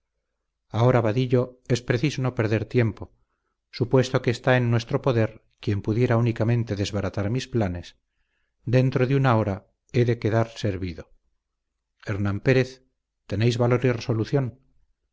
ahora vadillo es preciso no perder tiempo supuesto que está en nuestro poder quien pudiera únicamente desbaratar mis planes dentro de una hora he de quedar servido hernán pérez tenéis valor